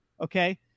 Okay